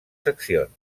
seccions